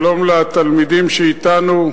שלום לתלמידים שאתנו.